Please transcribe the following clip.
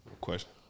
Question